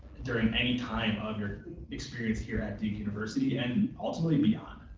during any time of your experience here at duke university and ultimately beyond.